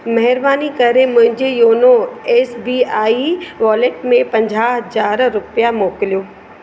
महिरबानी करे मुंहिंजे YONO S B I wallet में पंजाह हज़ार रुपिया मोकिलियो